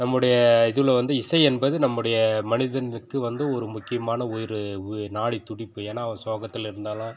நம்முடைய இதில் வந்து இசை என்பது நம்முடைய மனிதனுக்கு வந்து ஒரு முக்கியமான உயிர் ஒரு நாடித் துடிப்பு ஏனால் அவன் சோகத்தில் இருந்தாலும்